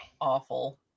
awful